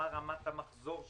מה רמת המחזור שלו,